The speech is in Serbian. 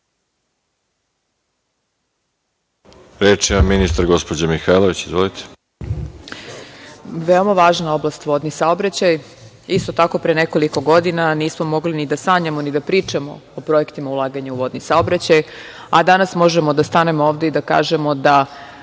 Reč ima ministar. **Zorana Mihajlović** Veoma važna oblast je vodni saobraćaj. Isto tako, pre nekoliko godina nismo mogli ni da sanjamo ni da pričamo o projektima ulaganja u vodni saobraćaj, a danas možemo da stanemo ovde i da kažemo da